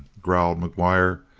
growled mcguire,